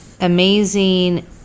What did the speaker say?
amazing